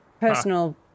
personal